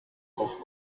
auf